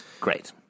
great